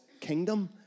kingdom